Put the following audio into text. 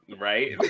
right